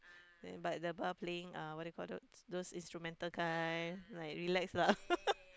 then but the bar playing uh what do you call that those instrumental kind like relax lah